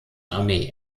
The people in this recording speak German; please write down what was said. armee